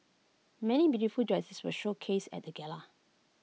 many beautiful dresses were showcased at the gala